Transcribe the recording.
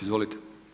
Izvolite.